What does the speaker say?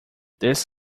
this